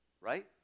Right